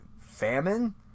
famine